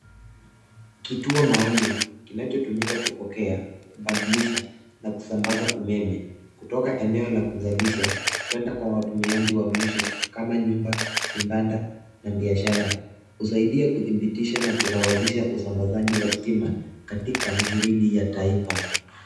Kituo maalumu, kinachotumika kupokea, kubadilisha, na kusambaza umeme, kutoka eneo la kuzalisha kwenda kwa watumiaji wa mwisho, kama nyumba, vibanda, na biashara. Husaidia kudhibitisha na kusawazisha usambazaji wa stima katika gridi ya taifa.